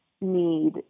need